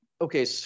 okay